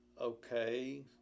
okay